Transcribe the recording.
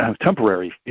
Temporary